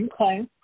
Okay